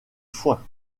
foin